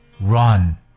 Run